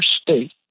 state